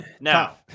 Now